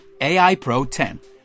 AIPRO10